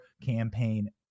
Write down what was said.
campaign